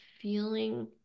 feeling